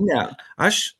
ne aš